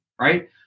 right